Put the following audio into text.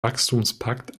wachstumspakt